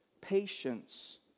patience